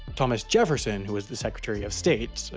thomas jefferson, who was the secretary of state, so